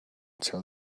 tell